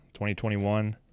2021